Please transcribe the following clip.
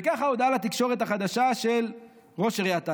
וככה ההודעה לתקשורת החדשה של ראש עיריית טייבה: